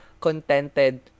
contented